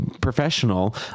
professional